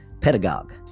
pedagogue